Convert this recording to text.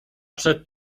przed